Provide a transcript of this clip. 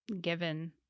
given